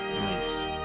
Nice